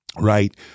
right